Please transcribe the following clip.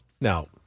Now